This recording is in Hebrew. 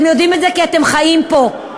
אתם יודעים את זה, כי אתם חיים פה.